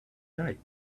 night